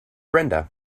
brenda